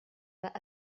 pas